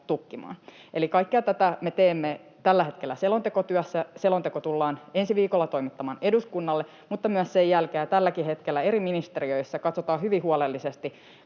tukkimaan. Eli kaikkea tätä me teemme tällä hetkellä selontekotyössä, ja selonteko tullaan ensi viikolla toimittamaan eduskunnalle, mutta myös sen jälkeen ja tälläkin hetkellä eri ministeriöissä katsotaan hyvin huolellisesti